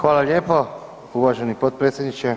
Hvala lijepo uvaženi potpredsjedniče.